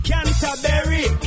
Canterbury